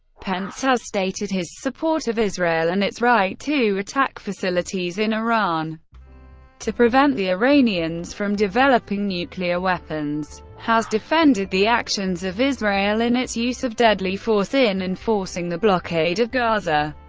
pence has stated his support of israel and its right to attack facilities in iran to prevent the iranians from developing nuclear weapons, has defended the actions of israel in its use of deadly force in enforcing the blockade of gaza,